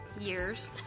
years